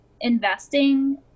investing